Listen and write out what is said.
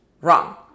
Wrong